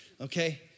okay